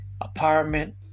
apartment